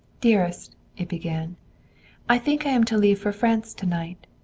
dearest it began i think i am to leave for france to-night.